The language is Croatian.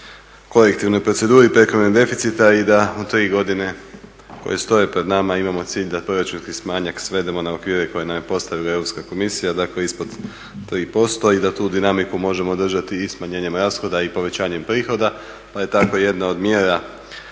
u kolektivnoj proceduri prekomjernog deficita i da u tri godine koje stoje pred nama imamo cilj da proračunski manjak svedemo na okvire koje nam je postavila Europska komisija, dakle ispod 3% i da tu dinamiku možemo držati i smanjenjem rashoda i povećanjem prihoda. Pa je tako jedna od mjera